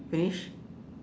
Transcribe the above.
finish